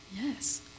Yes